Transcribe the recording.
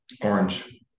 orange